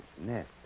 nest